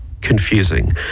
confusing